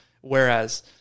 whereas